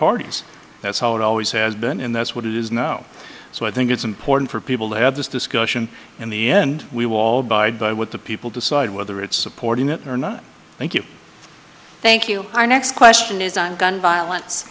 parties that's how it always has been in that's what it is now so i think it's important for people to have this discussion in the end we will all bide by what the people decide whether it's supporting it or not thank you thank you our next question is on gun violence